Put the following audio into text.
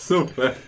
Super